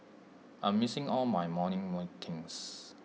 I'm missing all my morning meetings